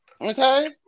Okay